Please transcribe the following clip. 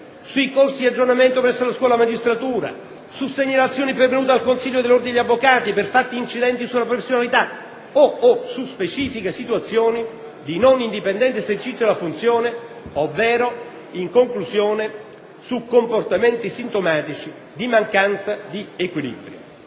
sui corsi di aggiornamento presso la scuola della magistratura, su segnalazioni pervenute dal consiglio dell'ordine degli avvocati per fatti incidenti sulla professionalità o su specifiche situazioni di non indipendente esercizio della funzione ovvero, in conclusione, su comportamenti sintomatici di mancanza di equilibrio.